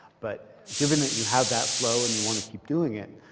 but given that you have that flow and you want to keep doing it,